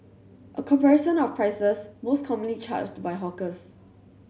a comparison of prices most commonly charged by hawkers